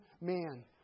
man